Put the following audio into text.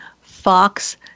Fox